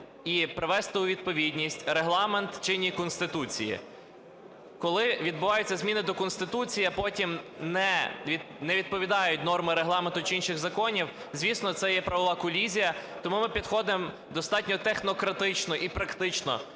і привести у відповідність Регламент чинній Конституції. Коли відбуваються зміни до Конституції, а потім не відповідають норми Регламенту чи інших законів, звісно, це є правова колізія. Тому ми підходимо достатньо технократично і практично